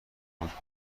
بود